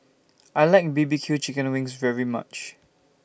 I like B B Q Chicken Wings very much